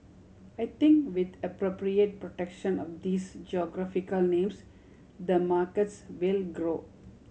I think with appropriate protection of these geographical names the markets will grow